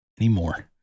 anymore